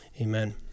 amen